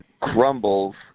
crumbles